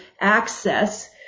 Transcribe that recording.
access